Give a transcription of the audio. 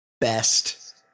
Best